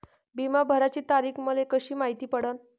बिमा भराची तारीख मले कशी मायती पडन?